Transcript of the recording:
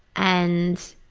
and,